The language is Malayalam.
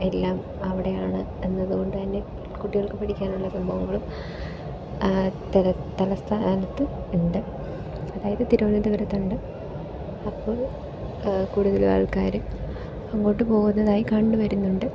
എല്ലാം അവിടെയാണ് എന്നത് കൊണ്ട് തന്നെ കുട്ടികൾക്ക് പഠിക്കാനുള്ള സംഭവങ്ങളും തല തലസ്ഥാനത്ത് ഉണ്ട് അതായത് തിരുവനന്തപുരത്തുണ്ട് അപ്പോൾ കൂടുതലും ആൾക്കാർ അങ്ങോട്ട് പോകുന്നതായി കണ്ടു വരുന്നുണ്ട്